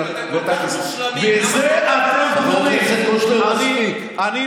אם אתם כל כך מושלמים, למה,